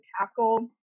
tackle